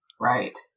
Right